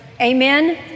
Amen